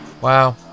Wow